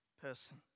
person